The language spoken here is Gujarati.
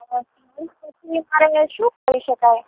સ્ટડી પછી મારે શું કરી શકાય